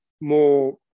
more